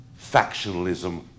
Factionalism